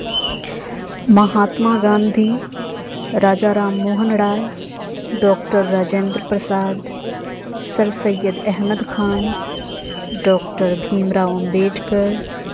Mahatma Gandhi Raja Ram Mohan Roy doctor Rajendra Prasad sir Syed Ahmad Khan doctor Bhim Rao Ambedkar